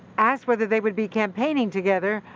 asked whether they would be campaigning together,